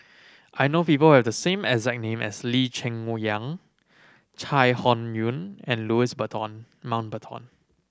I know people have the same exact name as Lee Cheng Yang Chai Hon Yoong and Louis Mountbatten